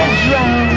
drown